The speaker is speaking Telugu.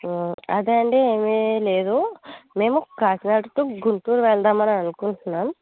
అదే అండి ఏమి లేదు మేము కాకినాడ టూ గుంటూరు వెళ్దాం అని అనుకుంటున్నాం